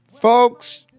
folks